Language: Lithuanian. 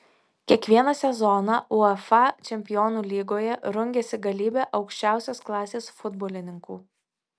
kiekvieną sezoną uefa čempionų lygoje rungiasi galybė aukščiausios klasės futbolininkų